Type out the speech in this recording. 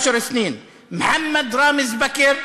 (בערבית: עשר שנים); מוחמד ראמז בכר,